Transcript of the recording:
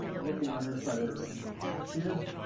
looking on this side of the room, back here.